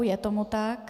Je tomu tak.